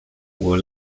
will